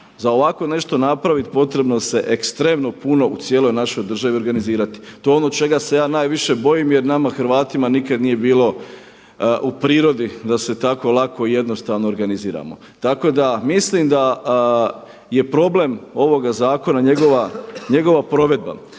za ovako nešto napraviti potrebno se ekstremno puno u cijeloj našoj državi organizirati. To je ono čega se ja najviše bojim jer nama Hrvatima nikad nije bilo u prirodi da se tako lako i jednostavno organiziramo. Tako da misli da je problem ovoga zakona njegova provedba.